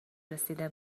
رسیده